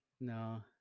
no